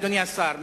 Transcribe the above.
אדוני השר,